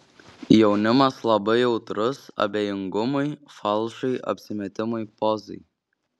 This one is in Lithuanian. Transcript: jaunimas labai jautrus abejingumui falšui apsimetimui pozai